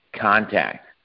contact